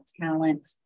talent